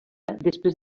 després